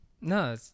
No